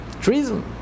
treason